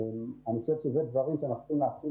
אני חושב שזה דברים שאנחנו צריכים להתחיל